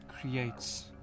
creates